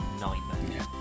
nightmare